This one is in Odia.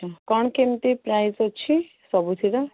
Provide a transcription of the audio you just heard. କ'ଣ କେମିତି ପ୍ରାଇସ୍ ଅଛି ସବୁଥିର